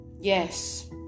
yes